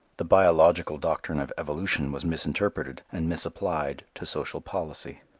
the biological doctrine of evolution was misinterpreted and misapplied to social policy.